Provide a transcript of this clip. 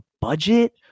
budget